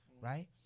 right